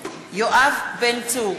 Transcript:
יואב בן צור,